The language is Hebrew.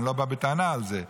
ואני לא בא בטענה על זה,